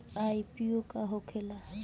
IPO का होखेला?